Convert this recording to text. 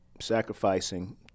sacrificing